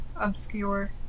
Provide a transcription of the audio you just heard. obscure